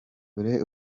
dore